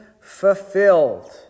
fulfilled